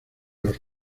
los